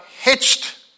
hitched